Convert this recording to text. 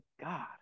God